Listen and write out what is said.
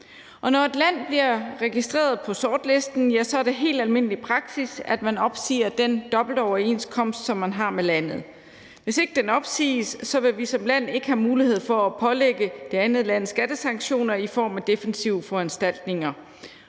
Når et land bliver registreret på sortlisten, er det helt almindelig praksis, at man opsiger den dobbeltbeskatningsoverenskomst, som man har med landet. Hvis ikke den opsiges, vil vi som land ikke have mulighed for at pålægge det andet land skattesanktioner i form af defensive foranstaltninger,